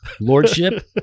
lordship